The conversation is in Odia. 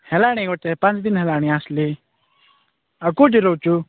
ହେଲାଣି ଗୋଟେ ପାଞ୍ଚ ଦିନ ହେଲାଣି ଆସିଲ ଆଉ କେଉଁଠି ରହୁଛୁ